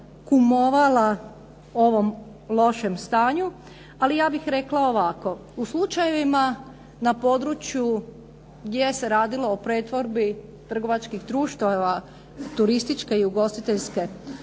kumovala ovom lošem stanju ali ja bih rekla ovako. U slučajevima na području gdje se radilo o pretvorbi trgovačkih društava turističke i ugostiteljske